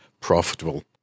profitable